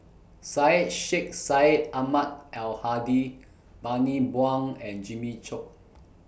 Syed Sheikh Syed Ahmad Al Hadi Bani Buang and Jimmy Chok